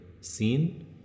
seen